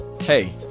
hey